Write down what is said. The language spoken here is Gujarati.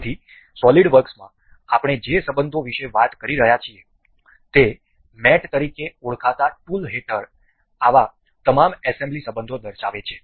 તેથી સોલિડ વર્ક્સમાં આપણે જે સંબંધો વિશે વાત કરી રહ્યા છીએ તે મેટ તરીકે ઓળખાતા ટૂલ હેઠળ આવા તમામ એસેમ્બલી સંબંધો દર્શાવે છે